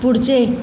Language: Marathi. पुढचे